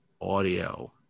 audio